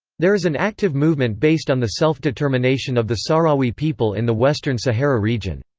there is an active movement based on the self-determination of the sahrawi people in the western sahara region.